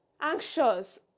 anxious